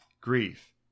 grief